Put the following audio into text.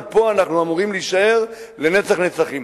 ופה אנחנו אמורים להישאר לנצח נצחים.